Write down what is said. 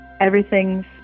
Everything's